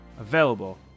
available